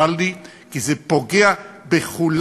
צר לי, כי זה פוגע בכולנו.